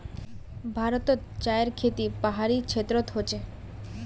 भारतोत चायर खेती पहाड़ी क्षेत्रोत होचे